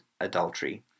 adultery